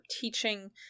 teaching